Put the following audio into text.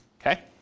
Okay